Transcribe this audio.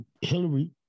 Hillary